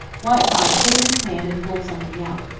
whiteside put in his hand and pulled something out.